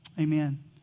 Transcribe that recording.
Amen